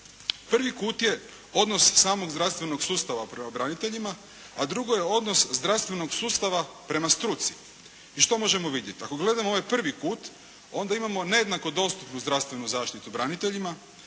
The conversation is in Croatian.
Prvi kut je odnos samog zdravstvenog sustava prema braniteljima, a drugo je odnos zdravstvenog sustava prema struci. I što možemo vidjeti? Ako gledamo ovaj prvi kut, onda imamo nejednako dostupnu zdravstvenu zaštitu braniteljima,